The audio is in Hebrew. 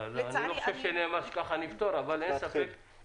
אני לא חושב שנאמר שככה נפתור, אבל אין ספק